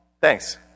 Thanks